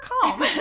calm